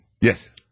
Yes